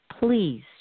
Please